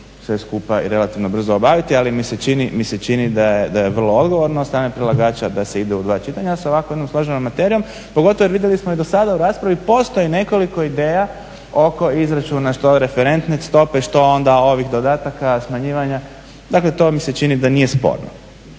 sve skupa i relativno brzo obaviti ali mi se čini da je vrlo odgovorno od strane predlagača da se ide u dva čitanja sa ovako jednom složenom materijom pogotovo jer vidjeli smo i dosada u raspravi postoji nekoliko ideja oko izračuna što referentne stope što onda ovih dodataka, smanjivanja. Dakle, to mi se čini da nije sporno.